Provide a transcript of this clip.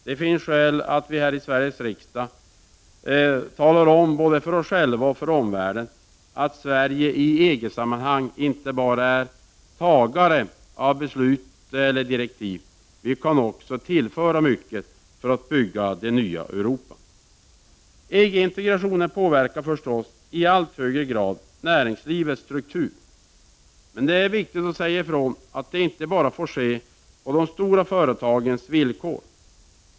Det finns skäl att vi här i Sveriges riksdag talar om både för oss själva och för omvärlden att Sverige i EG-sammanhang inte bara är mottagare av beslut eller direktiv. Vi kan också tillföra mycket för att bygga det nya Europa. EG-integrationen påverkar i allt högre grad näringslivets struktur, men det är viktigt att säga att det inte bara får ske på de stora företagens villkor.